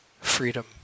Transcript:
freedom